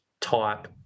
type